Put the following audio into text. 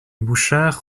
bouchard